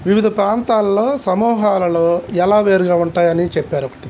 వివిధ ప్రాంతాల్లో సమూహాలలో ఎలా వేరుగా ఉంటాయని చెప్పారు ఒకటి